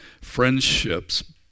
friendships